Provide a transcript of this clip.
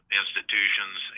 institutions